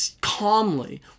calmly